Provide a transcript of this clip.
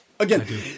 Again